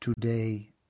today